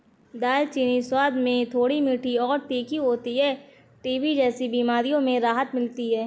दालचीनी स्वाद में थोड़ी मीठी और तीखी होती है टीबी जैसी बीमारियों में राहत मिलती है